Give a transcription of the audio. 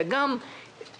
אתה גם רוחש,